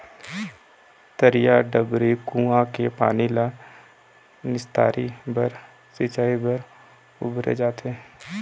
तरिया, डबरी, कुँआ के पानी ल निस्तारी बर, सिंचई बर बउरे जाथे